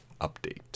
update